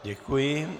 Děkuji.